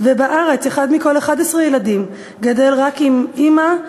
ובארץ אחד מכל 11 ילדים גדל רק עם אימא,